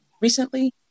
recently